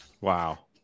Wow